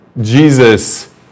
Jesus